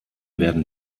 werden